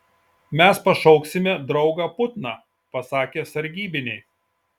mes pašauksime draugą putną pasakė sargybiniai